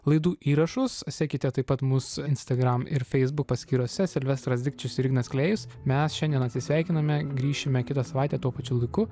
laidų įrašus sekite taip pat mus instagram ir facebook paskyrose silvestras dikčius ir ignas klėjus mes šiandien atsisveikiname grįšime kitą savaitę tuo pačiu laiku